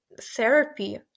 therapy